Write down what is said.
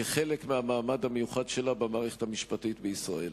כחלק מהמעמד המיוחד שלה במערכת המשפטית בישראל.